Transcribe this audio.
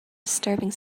disturbing